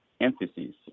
emphasis